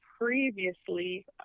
previously